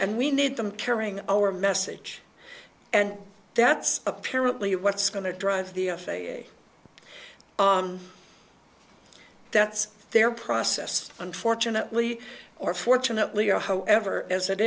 and we need them carrying our message and that's apparently what's going to drive the f a a that's their process unfortunately or fortunately or however as it